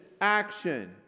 action